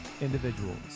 individuals